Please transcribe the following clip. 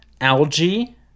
Algae